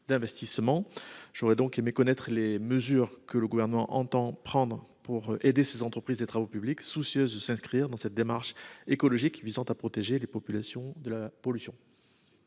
je souhaite connaître les mesures que le Gouvernement entend prendre pour aider ces entreprises des travaux publics, soucieuses de s'inscrire dans cette démarche écologique visant à protéger les populations de la pollution.